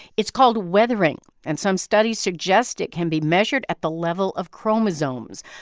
it's called weathering. and some studies suggest it can be measured at the level of chromosomes.